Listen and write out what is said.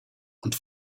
und